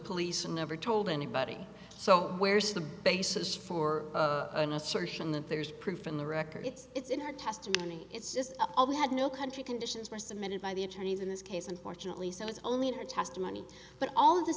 police and never told anybody so where's the basis for an assertion that there's proof in the records it's in her testimony it's just all we had no country conditions were submitted by the attorneys in this case unfortunately so it's only her testimony but all of th